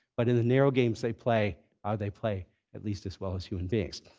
but in the narrow games, they play ah they play at least as well as human beings.